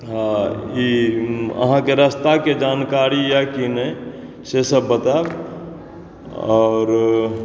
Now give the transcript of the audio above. हँ ई अहाँके रास्ताके जानकारी यऽ की नहि से सब बतायब आओर